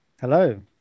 Hello